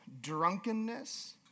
drunkenness